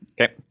Okay